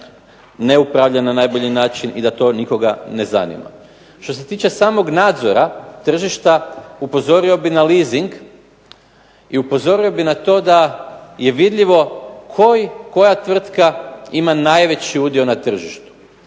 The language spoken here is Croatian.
ne upravlja na najbolji način i da to nikoga ne zanima. Što se tiče samog nadzora tržišta upozorio bih na leasing i upozorio bih na to da je vidljivo koja tvrtka ima najveći dio na tržištu,